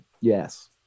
Yes